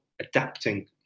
adapting